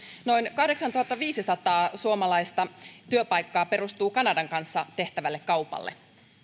noin kahdeksantuhattaviisisataa suomalaista työpaikkaa perustuu kanadan kanssa tehtävälle kaupalle